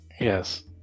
Yes